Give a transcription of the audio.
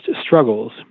struggles